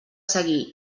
seguir